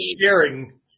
sharing